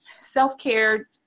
self-care